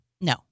No